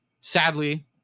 Sadly